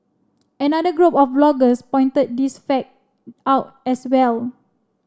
another group of bloggers pointed this fact out as well